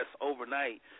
overnight